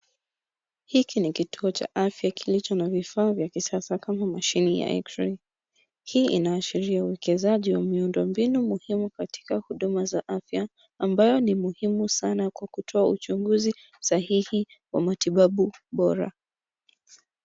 Hiki ni kituo cha afya kilicho na vifaa vya kisasa kama mashine ya eksirei. Hii inaashiria uwekezaji wa miundo mbinu muhimu katika huduma za afya, ambayo ni muhimu sana kwa kutoa uchunguzi sahihi wa matibabu bora.